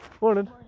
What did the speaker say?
Morning